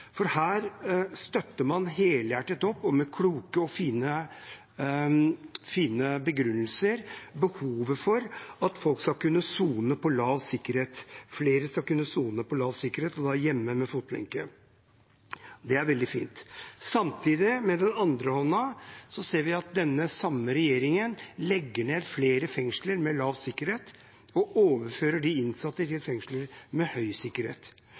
For her støtter man helhjertet opp om, med kloke og fine begrunnelser, behovet for at flere skal kunne sone på lav sikkerhet, og da hjemme med fotlenke. Det er veldig fint. Samtidig ser vi at den samme regjeringen med den andre hånden legger ned flere fengsler med lav sikkerhet og overfører de innsatte til fengsler med høy sikkerhet.